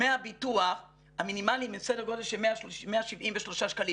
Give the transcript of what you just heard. דמי הביטוח המינימליים הם סדר גודל של 173 שקלים,